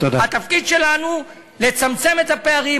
התפקיד שלנו, לצמצם את הפערים.